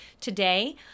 Today